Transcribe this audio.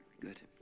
Good